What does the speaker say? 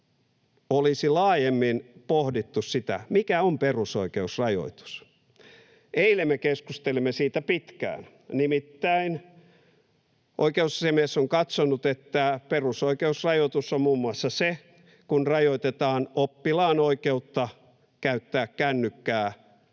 olisi laajemmin pohdittu sitä, mikä on perusoikeusrajoitus. Eilen me keskustelimme siitä pitkään. Nimittäin oikeusasiamies on katsonut, että perusoikeusrajoitus on muun muassa se, kun rajoitetaan oppilaan oikeutta käyttää kännykkää